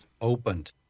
opened